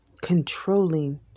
controlling